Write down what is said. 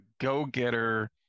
go-getter